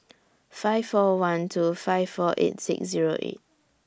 five four one two five four eight six Zero eight